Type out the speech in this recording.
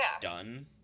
done